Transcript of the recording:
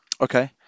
Okay